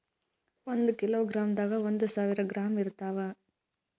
ಒಂದ್ ಕಿಲೋಗ್ರಾಂದಾಗ ಒಂದು ಸಾವಿರ ಗ್ರಾಂ ಇರತಾವ